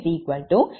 169pu